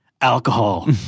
Alcohol